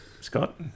Scott